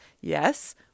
yes